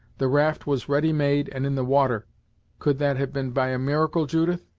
the raft was ready made and in the water could that have been by a miracle, judith?